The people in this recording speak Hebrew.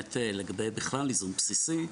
לגבי בכלל ייזום בסיסי,